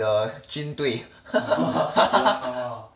the 军队